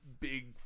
big